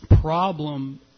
problem